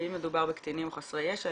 ואם מדובר בקטינים או חסרי ישע,